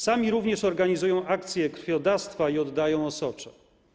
Sami również organizują akcje krwiodawstwa i oddają osocze.